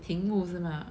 屏幕是吗